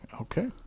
Okay